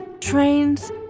Trains